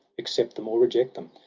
accept them or reject them!